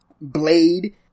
blade